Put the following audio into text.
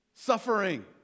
suffering